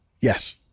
Yes